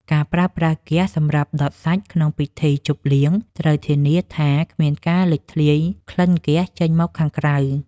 ការប្រើប្រាស់ហ្គាសសម្រាប់ដុតសាច់ក្នុងពិធីជប់លៀងត្រូវធានាថាគ្មានការលេចធ្លាយក្លិនហ្គាសចេញមកខាងក្រៅ។